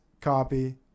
copy